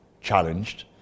challenged